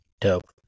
Dope